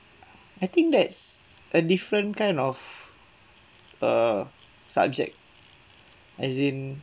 I think that's a different kind of err subject as in